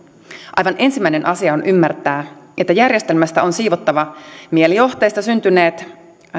aivan ensimmäinen asia on ymmärtää että järjestelmästä on siivottava mielijohteesta syntyneet